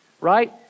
right